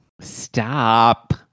stop